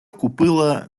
купила